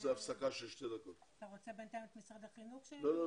כנראה ברגע שיורד הגשם אז הדברים מתחילים להשתבש.